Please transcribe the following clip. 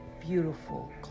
beautiful